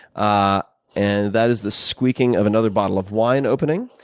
ah and that is the squeaking of another bottle of wine opening,